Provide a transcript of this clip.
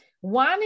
One